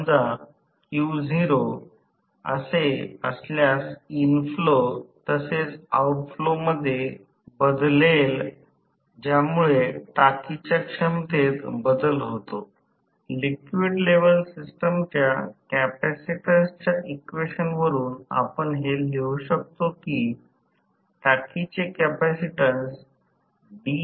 तर ते VThevenin 1 सुरू होते जर S 1 ठेवले तर नंतर आरंभिक टार्क r2 रूट r थेव्हनिन2 x थेव्हनिन x 2 2 या 28 समीकरणातून प्राप्त होईल 28 हे समीकरण 20 आहे हे समीकरण 28 आहे